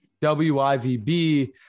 WIVB